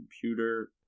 computer